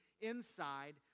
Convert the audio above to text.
inside